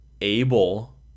able